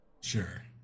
Sure